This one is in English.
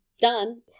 Done